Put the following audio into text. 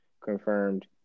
confirmed